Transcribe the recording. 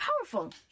powerful